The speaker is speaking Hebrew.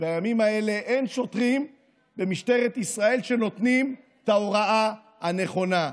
ובימים האלה אין שוטרים במשטרת ישראל שנותנים את ההוראה הנכונה.